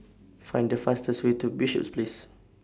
Find The fastest Way to Bishops Place